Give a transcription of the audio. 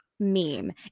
Meme